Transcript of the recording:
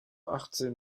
achtzehn